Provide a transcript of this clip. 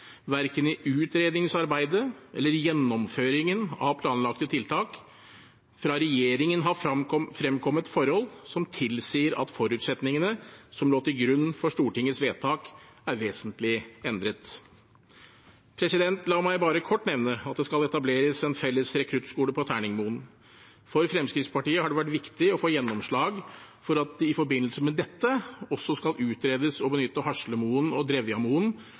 verken i utredningsarbeidet eller i gjennomføringen av planlagte tiltak fra regjeringen har fremkommet forhold som tilsier at forutsetningene som lå til grunn for Stortingets vedtak, er vesentlig endret. La meg bare kort nevne at det skal etableres en felles rekruttskole på Terningmoen. For Fremskrittspartiet har det vært viktig å få gjennomslag for at det i forbindelse med dette også skal utredes å benytte Haslemoen og Drevjamoen